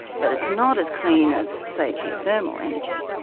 but it's not as clean as, say, geothermal energy.